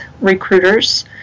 recruiters